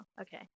okay